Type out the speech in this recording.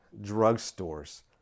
drugstores